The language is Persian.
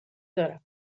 دارم